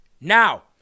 Now